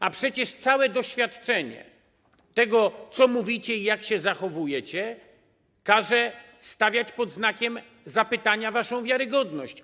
A przecież całe doświadczenie wynikające z tego, co mówicie i jak się zachowujecie, każe stawiać pod znakiem zapytania waszą wiarygodność.